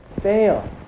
fail